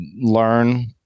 learn